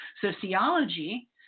Sociology